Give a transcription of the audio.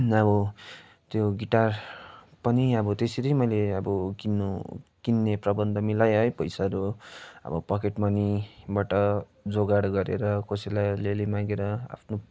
अब त्यो गिटार पनि अब त्यसरी मैले अब किन्नु किन्ने प्रबन्ध मिलाए है पैसाहरू अब पकेटमनीबाट जोगाड गरेर कसैलाई अलि अलि मागेर आफ्नो